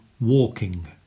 walking